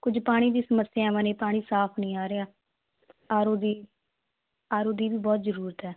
ਕੁਝ ਪਾਣੀ ਦੀ ਸਮੱਸਿਆਵਾਂ ਨੇ ਪਾਣੀ ਸਾਫ ਨਹੀਂ ਆ ਰਿਹਾ ਆਰ ਓ ਜੀ ਆਰ ਓ ਦੀ ਵੀ ਬਹੁਤ ਜ਼ਰੂਰਤ ਹੈ